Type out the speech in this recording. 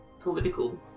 political